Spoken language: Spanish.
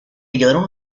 hallaron